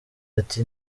ati